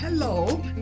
Hello